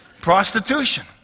Prostitution